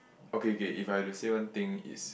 okay okay if I have to say one thing is